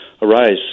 arise